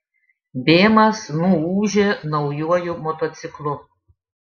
bėmas nuūžė naujuoju motociklu